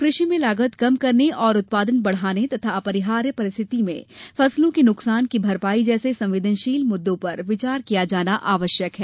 कृषि में लागत कम करने और उत्पादन बढ़ाने तथा अपरिहार्य परिस्थिति में फसलों के नुकसान की भरपाई जैसे संवेदनशील मुद्दों पर विचार किया जाना आवश्यक है